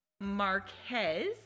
Marquez